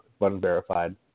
unverified